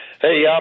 Hey